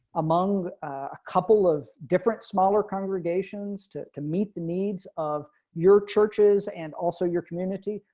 among a couple of different smaller congregations to to meet the needs of your churches and also your community,